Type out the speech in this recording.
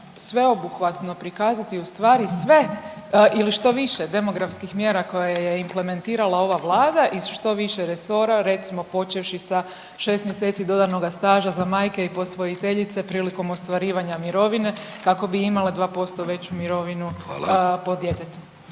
sveobuhvatno prikazati u stvari sve ili što više demografskih mjera koje je implementirala ova vlada iz što više resora recimo počevši sa 6 mjeseci dodanoga staža za majke i posvojiteljice prilikom ostvarivanja mirovine kako bi imale 2% veću mirovinu po djetetu.